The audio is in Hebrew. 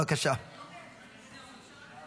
אני מזמין את שר הכלכלה